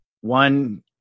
one